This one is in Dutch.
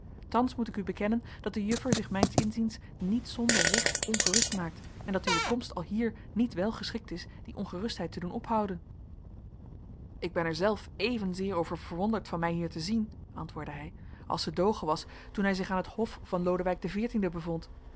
thans moet ik u bekennen dat de juffer zich mijns inziens niet zonder recht ongerust maakt en dat uwe komst alhier niet wel geschikt is die ongerustheid te doen ophouden ik ben er zelf evenzeer over verwonderd van mij hier te zien antwoordde hij als de doge was toen hij zich aan het hof van lodewijk xiv bevond